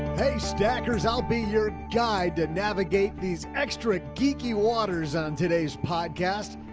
hey stackers, i'll be your guide to navigate these extra geeky waters on today's podcast,